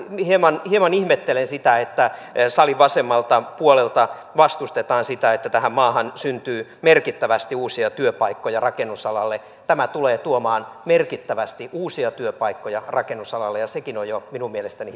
hieman hieman ihmettelen sitä että salin vasemmalta puolelta vastustetaan sitä että tähän maahan syntyy merkittävästi uusia työpaikkoja rakennusalalle tämä tulee tuomaan merkittävästi uusia työpaikkoja rakennusalalle ja sekin on jo minun mielestäni